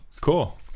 cool